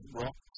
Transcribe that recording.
rock